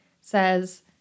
says